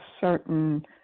certain